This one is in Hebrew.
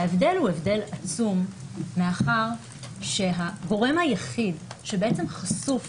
ההבדל הוא הבדל עצום, מאחר שהגורם היחיד שחשוף